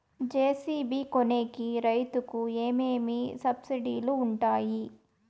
JCB కొనేకి రైతుకు ఏమేమి సబ్సిడి లు వుంటాయి?